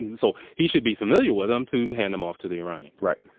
and so he should be familiar with them to hand them off to the irani. right.